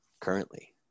currently